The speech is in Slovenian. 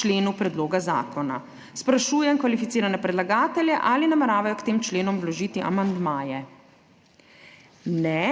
členu Predloga zakona. Sprašujem kvalificirane predlagatelje, ali nameravajo k tem členom vložiti amandmaje. Ne.